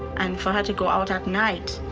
and for her to go out at night,